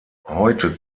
heute